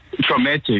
traumatic